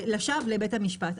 לשווא לבית המשפט.